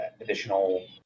additional